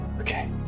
Okay